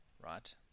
right